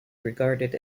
regarded